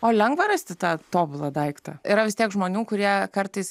o lengva rasti tą tobulą daiktą yra vis tiek žmonių kurie kartais